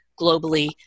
globally